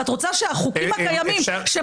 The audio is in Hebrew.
ואת רוצה שהחוקים הקיימים,